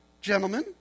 gentlemen